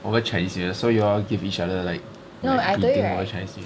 over chinese new year so you all give each like greeting over chinese new year